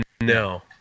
No